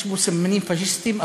יש בו סממנים פאשיסטיים,